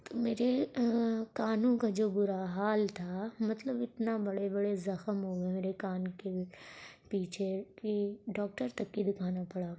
تو میرے کانوں کا جو برا حال تھا مطلب اتنا بڑے بڑے زخم ہو گئے میرے کان کے پیچھے کہ ڈاکٹر تک کو دکھانا پڑا